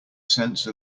sense